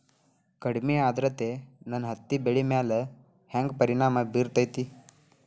ಕಡಮಿ ಆದ್ರತೆ ನನ್ನ ಹತ್ತಿ ಬೆಳಿ ಮ್ಯಾಲ್ ಹೆಂಗ್ ಪರಿಣಾಮ ಬಿರತೇತಿ?